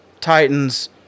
Titans